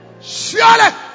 Surely